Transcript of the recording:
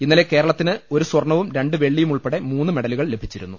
ഇന്നലെ കേരളത്തിന് ഒരു സ്വർണവും രണ്ട് വെള്ളിയും ഉൾപ്പെടെ മൂന്ന് മെഡലുകൾ ലഭി ച്ചിരുന്നു